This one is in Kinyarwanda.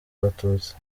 abatutsi